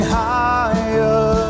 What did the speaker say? higher